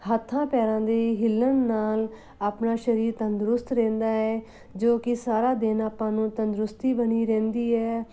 ਹੱਥਾਂ ਪੈਰਾਂ ਦੇ ਹਿੱਲਣ ਨਾਲ ਆਪਣਾ ਸਰੀਰ ਤੰਦਰੁਸਤ ਰਹਿੰਦਾ ਹੈ ਜੋ ਕਿ ਸਾਰਾ ਦਿਨ ਆਪਾਂ ਨੂੰ ਤੰਦਰੁਸਤੀ ਬਣੀ ਰਹਿੰਦੀ ਹੈ